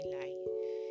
life